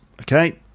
okay